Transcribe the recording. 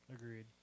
Agreed